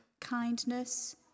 kindness